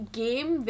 game